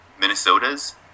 Minnesota's